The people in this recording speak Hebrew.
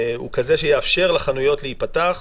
הוא כזה שיאפשר לחנויות להיפתח.